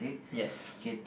yes